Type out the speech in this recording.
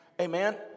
Amen